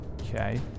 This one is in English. Okay